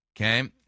Okay